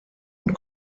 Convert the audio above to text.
und